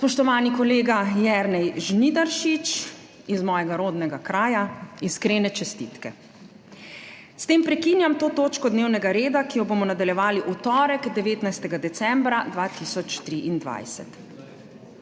Spoštovani kolega Jernej Žnidaršič, iz mojega rodnega kraja, iskrene čestitke! S tem prekinjam to točko dnevnega reda, ki jo bomo nadaljevali v torek, 19. decembra 2023.